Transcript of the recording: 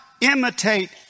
imitate